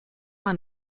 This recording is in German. man